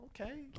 Okay